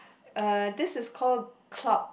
uh this is call cloud